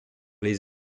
les